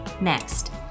Next